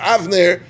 Avner